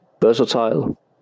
versatile